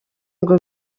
ngo